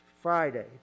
Friday